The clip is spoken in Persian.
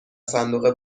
صندوق